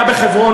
היה בחברון,